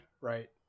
right